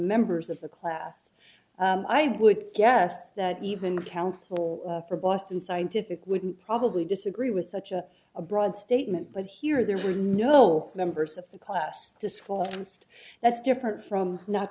members of the class i would guess that even the counsel for boston scientific wouldn't probably disagree with such a broad statement but here there were no members of the class to school and that's different from not